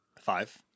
Five